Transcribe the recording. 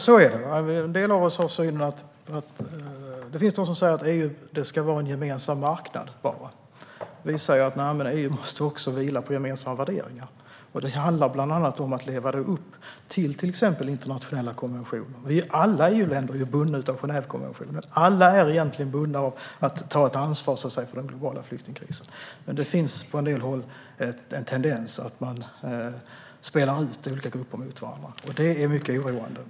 Herr talman! Så är det. Det finns de som säger att EU bara ska vara en gemensam marknad. Vi säger att EU också måste vila på gemensamma värderingar. Det handlar bland annat om att leva upp till internationella konventioner. Alla EU-länder är bundna av Genèvekonventionen. Alla är bundna av att ta ett ansvar för den globala flyktingkrisen, men det finns på en del håll en tendens att spela ut olika grupper mot varandra. Det är mycket oroande.